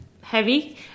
heavy